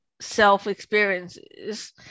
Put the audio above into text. self-experiences